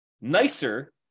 nicer